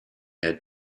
had